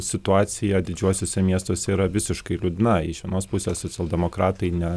situacija didžiuosiuose miestuose yra visiškai liūdna iš vienos pusės socialdemokratai ne